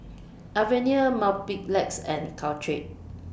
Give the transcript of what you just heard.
Avene Mepilex and Caltrate